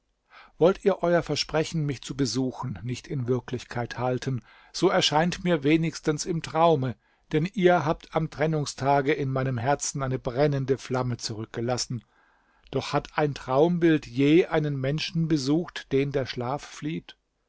wollt ihr euer versprechen mich zu besuchen nicht in wirklichkeit halten so erscheint mir wenigstens im traume denn ihr habt am trennungstage in meinem herzen eine brennende flamme zurückgelassen doch hat ein traumbild je einen menschen besucht den der schlaf flieht